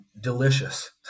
delicious